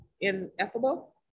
ineffable